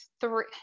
three